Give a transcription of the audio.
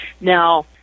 Now